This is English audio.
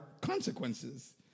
consequences